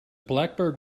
blackbird